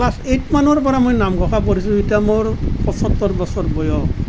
class এইটমানৰ পৰা মই নামঘোষা পঢ়িছোঁ এতিয়া মোৰ পঁইসত্তৰ বছৰ বয়স